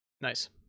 nice